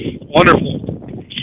wonderful